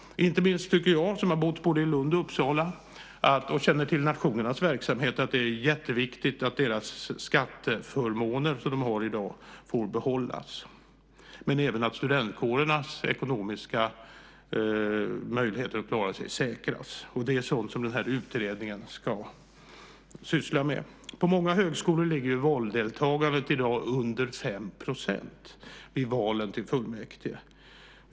Inte minst tycker jag, som har bott i både Lund och Uppsala och som känner till nationernas verksamhet, att det är jätteviktigt att de skatteförmåner som de har i dag får behållas och även att studentkårernas ekonomiska möjligheter att klara sig säkras. Det är sådant som utredningen ska syssla med. På många högskolor ligger valdeltagandet i dag under 5 % vid val till fullmäktige.